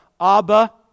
Abba